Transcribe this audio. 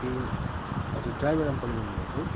ए हजुर driver uncle बोल्नुभएको हो